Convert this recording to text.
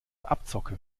abzocke